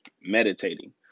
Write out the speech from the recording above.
meditating